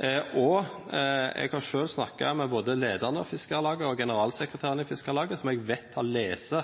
Eg har sjølv snakka med både leiaren i Fiskarlaget og generalsekretæren i Fiskarlaget, som eg veit har lese